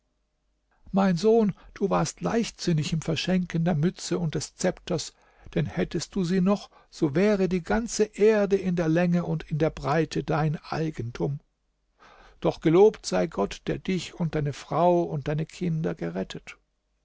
mein sohn du warst leichtsinnig im verschenken der mütze und des zepters denn hättest du sie noch so wäre ja die ganze erde in der länge und in der breite dein eigentum doch gelobt sei gott der dich und deine frau und deine kinder gerettet